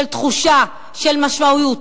של תחושה, של משמעות.